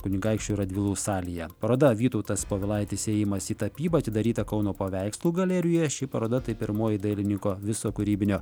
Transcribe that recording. kunigaikščių radvilų salėje paroda vytautas povilaitis įėjimas į tapybą atidaryta kauno paveikslų galerijoje ši paroda tai pirmoji dailininko viso kūrybinio